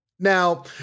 Now